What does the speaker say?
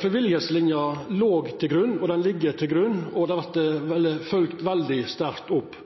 Frivilliglinja låg til grunn, ho ligg til grunn, og ho har vore følgd veldig sterkt opp.